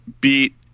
beat